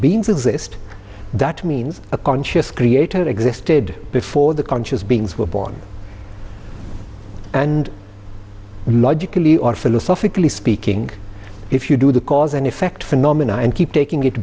beings exist that means a conscious creator existed before the conscious beings were born and logically or philosophically speaking if you do the cause and effect phenomena and keep taking it